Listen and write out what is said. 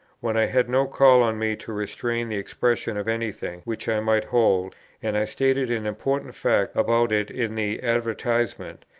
when i had no call on me to restrain the expression of any thing which i might hold and i stated an important fact about it in the advertisement,